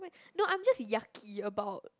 no I'm just yucky about